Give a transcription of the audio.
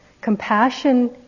Compassion